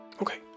Okay